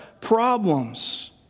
problems